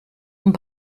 und